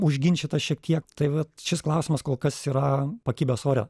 užginčytas šiek tiek tai vat šis klausimas kol kas yra pakibęs ore